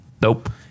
Nope